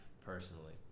personally